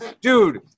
dude –